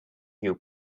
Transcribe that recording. your